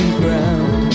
ground